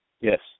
Yes